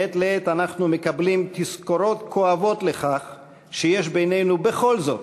מעת לעת אנחנו מקבלים תזכורות כואבות לכך שיש בינינו בכל זאת